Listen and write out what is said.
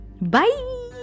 bye